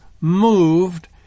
moved